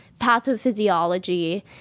pathophysiology